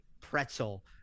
pretzel